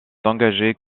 engagé